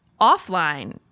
offline